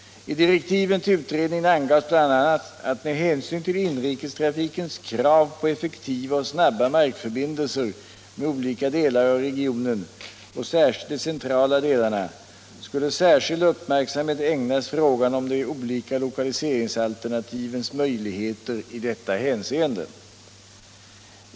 I direktiven till utredningen angavs bl.a. att med hänsyn till inrikestrafikens krav på effektiva och snabba markförbindelser med olika delar av regionen och särskilt de centrala delarna skulle särskild uppmärksamhet ägnas frågan om de olika lokaliseringsalternativens möjligheter i detta hänseende.